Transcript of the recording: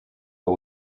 but